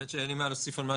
אין לי מה להוסיף על מה